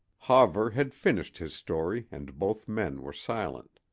hawver had finished his story and both men were silent.